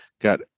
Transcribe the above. got